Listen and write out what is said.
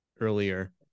earlier